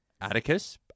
Atticus